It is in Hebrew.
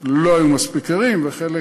לא היו מספיק ערים, וחלק,